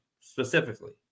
specifically